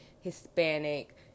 Hispanic